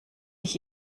ich